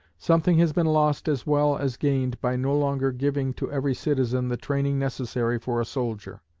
something has been lost as well as gained by no longer giving to every citizen the training necessary for a soldier.